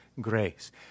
grace